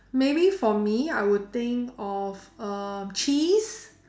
maybe for me I will think of um cheese